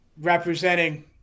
representing